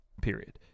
period